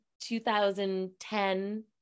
2010